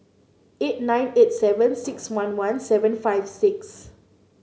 eight nine eight seven six one one seven five six